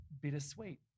bittersweet